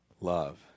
love